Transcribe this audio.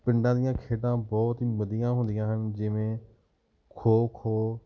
ਪਿੰਡਾਂ ਦੀਆ ਖੇਡਾਂ ਬਹੁਤ ਹੀ ਵਧੀਆ ਹੁੰਦੀਆ ਹਨ ਜਿਵੇਂ ਖੋ ਖੋ